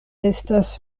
estas